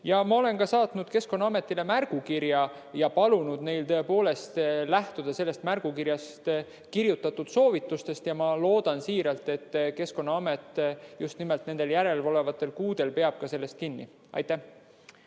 Ma olen saatnud Keskkonnaametile märgukirja ja palunud neil lähtuda selles märgukirjas kirjutatud soovitustest. Ma loodan siiralt, et Keskkonnaamet just nimelt nendel järelolevatel kuudel peab sellest kinni. Heiki